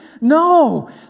No